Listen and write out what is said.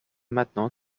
maintenant